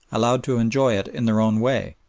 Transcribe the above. allowed to enjoy it in their own way,